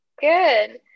good